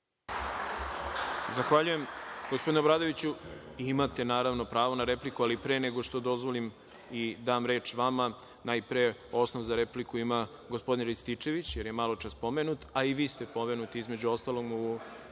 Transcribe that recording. je pomenula Dveri.)Imate naravno pravo na repliku, ali pre nego što dozvolim i dam reč vama, najpre osnov za repliku ima gospodin Rističević, jer je maločas spomenut, a i vi ste pomenuti između ostalog u